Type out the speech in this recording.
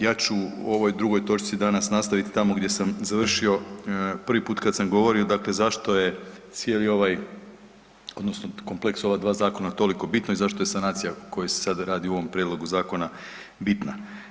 Ja ću u ovoj drugoj točci danas nastaviti tamo gdje sam završio prvi put kad sam govorio, dakle zašto je cijeli ovaj odnosno kompleks ova dva zakona toliko bitno i zašto je sanacija koji se sada radi u ovom prijedlogu zakonu bitna.